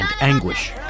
anguish